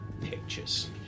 pictures